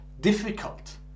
difficult